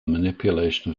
manipulation